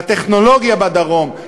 לטכנולוגיה בדרום,